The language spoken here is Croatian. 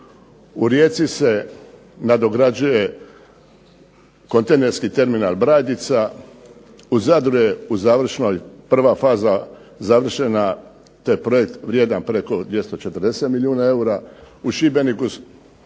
U Rijeci se nadograđuje kontejnerski terminal Brajdica, u Zadru je u završnoj prva faza završena. To je projekt vrijedan preko 240 milijuna eura. U Šibeniku